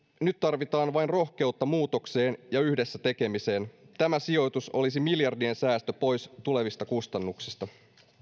nyt tarvitaan vain rohkeutta muutokseen ja yhdessä tekemiseen tämä sijoitus olisi miljardien säästö pois tulevista kustannuksista